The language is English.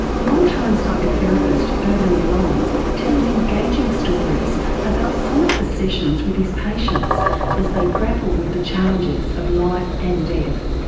long-time psychotherapist irvin yalom tells engaging stories about some of the sessions with his patients as they grapple with the challenges of life and death.